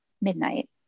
midnight